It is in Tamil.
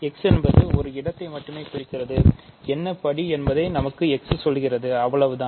x என்பது ஒரு இடத்தை மட்டும் குறிக்கிறது என்ன படி என்பதை x நமக்குச் சொல்கிறது அவ்வளவு தான்